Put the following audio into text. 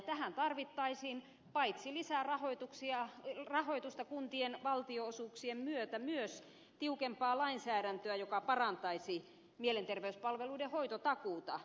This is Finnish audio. tähän tarvittaisiin paitsi lisärahoitusta kuntien valtionosuuksien myötä myös tiukempaa lainsäädäntöä joka parantaisi mielenterveyspalveluiden hoitotakuuta